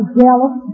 jealous